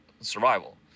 survival